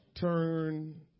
Turn